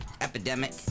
epidemic